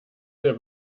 sehr